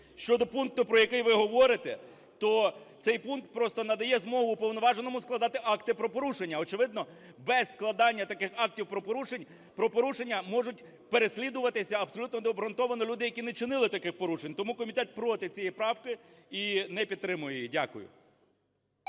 Щодо пункту, про який ви говорите, то цей пункт просто надає змогу уповноваженому складати акти про порушення. Очевидно, без складання таких актів про порушення можуть переслідуватися абсолютно необґрунтовано люди, які не чинили таких порушень. Тому комітет проти цієї правки і не підтримує її. Дякую.